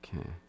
Okay